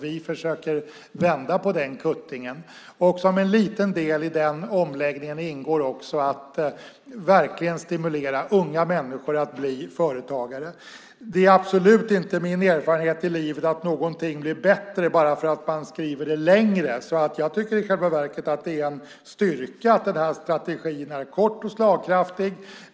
Vi försöker vända på den kuttingen. Som en liten del i den omläggningen ingår också att verkligen stimulera unga människor att bli företagare. Det är absolut inte min erfarenhet i livet att någonting blir bättre bara för att man skriver det längre. Jag tycker i själva verket att det är en styrka att den här strategin är kort och slagkraftig.